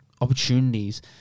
opportunities